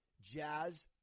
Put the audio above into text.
Jazz